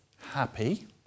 happy